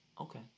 Okay